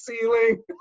ceiling